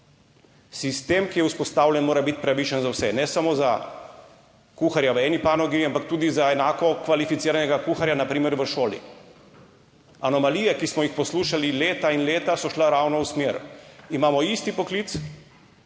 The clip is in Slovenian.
Sistem, ki je vzpostavljen, mora biti pravičen za vse, ne samo za kuharja v eni panogi, ampak tudi za enako kvalificiranega kuharja na primer v šoli. Anomalije, ki smo jih poslušali leta in leta, so šla ravno v smer, imamo isti poklic,